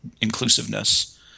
inclusiveness